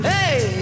Hey